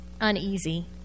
uneasy